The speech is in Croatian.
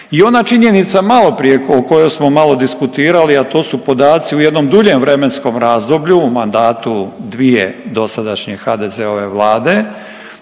I ona činjenica maloprije o kojoj smo malo diskutirali, a to su podaci u jednom duljem vremenskom razdoblju, u mandatu dvije dosadašnje HDZ-ove Vlade,